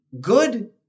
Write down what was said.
good